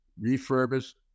refurbished